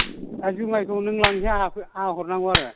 दा जुमाइखौ नों लांनोसै आंहा हरनांगौ आरो